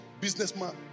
businessman